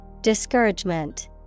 Discouragement